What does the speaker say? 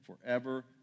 forever